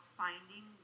finding